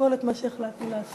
לפרוטוקול את מה שהחלטנו לעשות